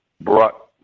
brought